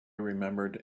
remembered